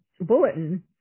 bulletin